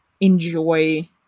enjoy